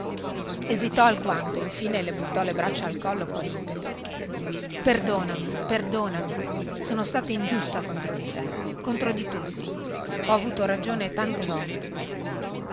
esitò alquanto e infine le buttò le braccia al collo con impeto perdonami perdonami sono stata ingiusta contro di te contro di tutti ho avuto ragione tante volte